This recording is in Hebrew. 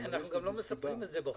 אנחנו גם לא מספרים על זה בחוץ.